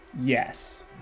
yes